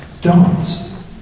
dance